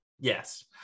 Yes